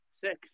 six